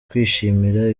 kwishimira